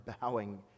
bowing